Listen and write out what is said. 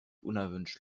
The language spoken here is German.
unerwünscht